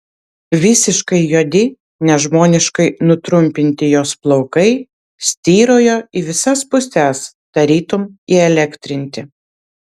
visiškai juodi nežmoniškai nutrumpinti jos plaukai styrojo į visas puses tarytum įelektrinti